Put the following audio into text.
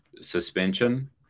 suspension